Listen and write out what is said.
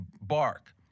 bark